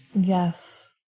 Yes